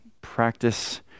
practice